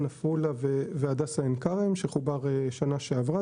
עפולה והדסה עין כרם שחובר שנה שעברה,